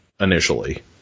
initially